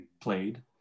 played